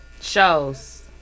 Shows